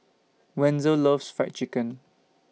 Wenzel loves Fried Chicken